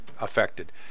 affected